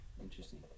interesting